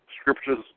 scriptures